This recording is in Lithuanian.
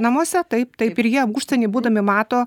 namuose taip taip ir jie užsieny būdami mato